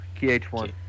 KH1